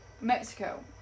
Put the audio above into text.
Mexico